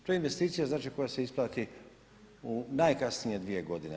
To je investicija znači koja se isplati u najkasnije 2 godine.